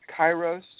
kairos